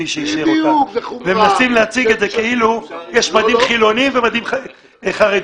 הם רוצים להציג את זה כאילו יש מדים חילונים ומדים חרדים,